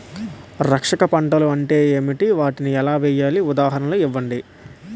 రక్షక పంటలు అంటే ఏంటి? వాటిని ఎలా వేయాలి? ఉదాహరణలు ఇవ్వండి?